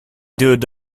dude